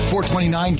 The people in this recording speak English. .429